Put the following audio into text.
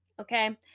Okay